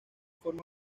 forma